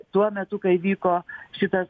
tuo metu kai vyko šitas